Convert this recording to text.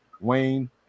Wayne